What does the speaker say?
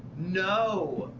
know.